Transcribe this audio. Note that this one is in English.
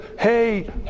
hey